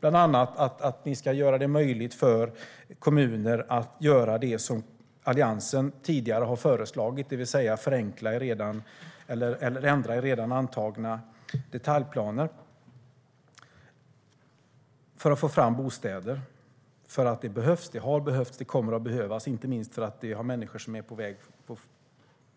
Det handlar bland annat om att ni ska göra det möjligt för kommuner att göra det som Alliansen tidigare har föreslagit, det vill säga att ändra i redan antagna detaljplaner för att få fram bostäder för att det behövs. Det har behövts, och det kommer att behövas, inte minst för att vi har människor som är